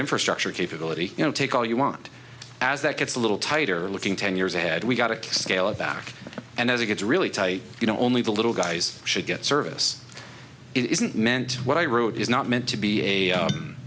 infrastructure capability you know take all you want as that gets a little tighter looking ten years ahead we've got to scale it back and as it gets really tight you know only the little guys should get service it isn't meant what i wrote is not meant to be a